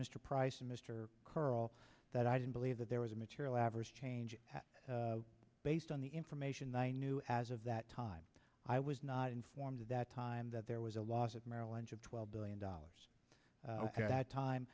mr price mr curl that i don't believe that there was a material adverse change based on the information that i knew as of that time i was not informed at that time that there was a loss at merrill lynch of twelve billion dollars that time